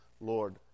Lord